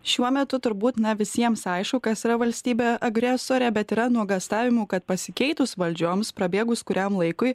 šiuo metu turbūt na visiems aišku kas yra valstybė agresorė bet yra nuogąstavimų kad pasikeitus valdžioms prabėgus kuriam laikui